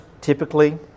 typically